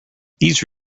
these